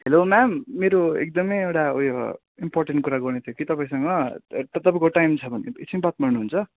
hello ma'am मेरो एकदमै एउटा उयो इम्पोर्टेन्ट कुरा गर्नु थियो कि तपाईँसँग त तपाईँको टाइम छ भने एकछिन बात मार्नु हुन्छ